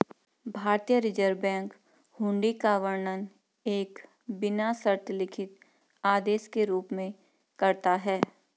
भारतीय reserve bank हुंडी का वर्णन एक बिना शर्त लिखित आदेश के रूप में करता है